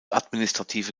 administrative